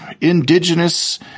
indigenous